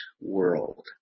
world